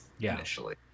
initially